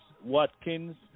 Watkins